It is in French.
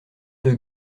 deux